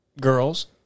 Girls